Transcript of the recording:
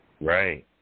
Right